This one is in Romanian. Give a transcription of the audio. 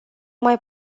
mai